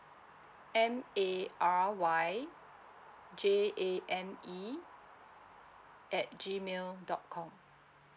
M A R Y J A N E at G mail dot com